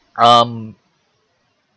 um